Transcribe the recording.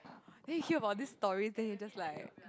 then we hear about this story then you just like